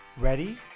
Ready